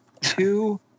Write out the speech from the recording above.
Two